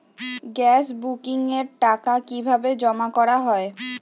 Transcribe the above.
Gas বুকিংয়ের টাকা কিভাবে জমা করা হয়?